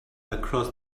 across